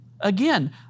Again